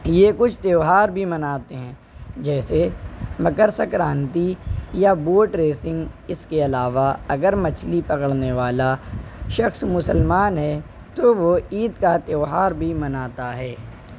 یہ کچھ تہوار بھی مناتے ہیں جیسے مکر سنکرانتی یا بوٹ ریسنگ اس کے علاوہ اگر مچھلی پکڑنے والا شخص مسلمان ہے تو وہ عید کا تہوار بھی مناتا ہے